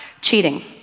cheating